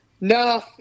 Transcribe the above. No